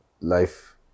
Life